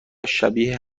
شبیه